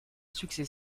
succès